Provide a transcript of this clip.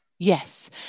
yes